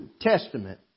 Testament